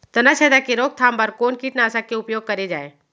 तनाछेदक के रोकथाम बर कोन कीटनाशक के उपयोग करे जाये?